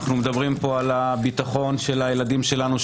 אנחנו מדברים פה על הביטחון של הילדים שלנו,